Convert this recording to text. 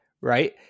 right